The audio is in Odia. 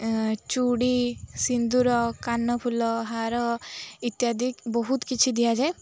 ଚୁଡ଼ି ସିନ୍ଦୂର କାନଫୁଲ ହାର ଇତ୍ୟାଦି ବହୁତ କିଛି ଦିଆଯାଏ